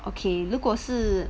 okay 如果是